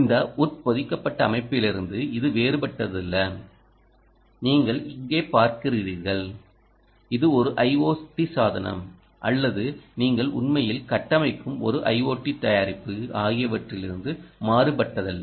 இந்த உட்பொதிக்கப்பட்ட அமைப்பிலிருந்து இது வேறுபட்டதல்ல நீங்கள் இங்கே பார்க்கிறீர்கள் இது ஒரு IoT சாதனம் அல்லது நீங்கள் உண்மையில் கட்டமைக்கும் ஒரு ஐஓடி தயாரிப்பு ஆகியவற்றிலிருந்து மாறுபட்டதல்ல